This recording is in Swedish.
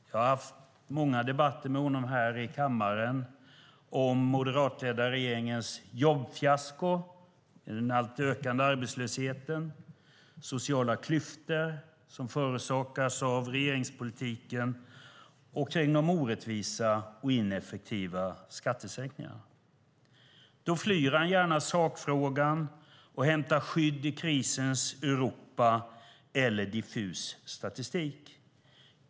Jag har haft många debatter med honom i kammaren om den moderatledda regeringens jobbfiasko, den ökande arbetslösheten och de sociala klyftor som orsakas av regeringspolitiken och genom orättvisa och ineffektiva skattesänkningar. Då flyr han gärna sakfrågan och hämtar skydd i krisens Europa eller i diffus statistik.